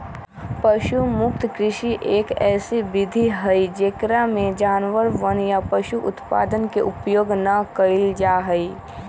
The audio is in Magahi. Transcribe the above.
पशु मुक्त कृषि, एक ऐसी विधि हई जेकरा में जानवरवन या पशु उत्पादन के उपयोग ना कइल जाहई